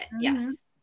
Yes